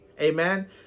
amen